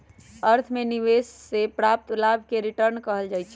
अर्थ में निवेश से प्राप्त लाभ के रिटर्न कहल जाइ छइ